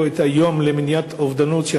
פה את היום למניעת אובדנות בעוד שבוע,